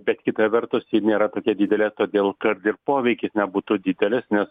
bet kita vertus ji nėra tokia didelė todėl kad ir poveikis nebūtų didelis nes